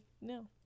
no